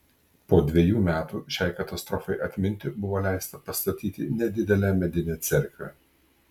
po dvejų metų šiai katastrofai atminti buvo leista pastatyti nedidelę medinę cerkvę